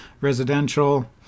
residential